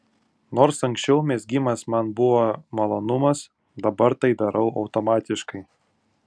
nors anksčiau mezgimas man buvo malonumas dabar tai darau automatiškai